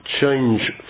change